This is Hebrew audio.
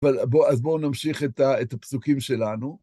אז בואו נמשיך את הפסוקים שלנו.